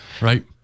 Right